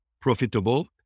profitable